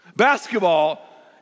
Basketball